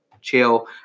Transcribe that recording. chill